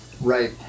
Right